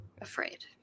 afraid